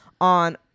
on